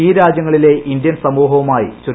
ഈ രാജ്യങ്ങളിലെ ഇന്ത്യൻ സമൂഹവുമായി ശ്രീ